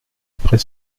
après